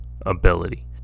ability